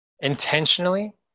intentionally